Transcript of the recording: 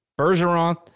Bergeron